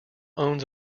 owns